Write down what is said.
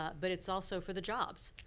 ah but it's also for the jobs.